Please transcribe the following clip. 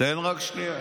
תן רק שנייה.